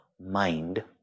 mind